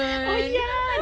oh ya